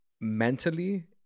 mentally